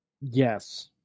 Yes